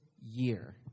year